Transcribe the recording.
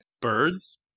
Birds